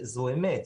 זו אמת,